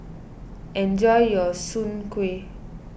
enjoy your Soon Kway